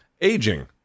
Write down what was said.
aging